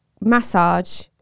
massage